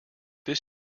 this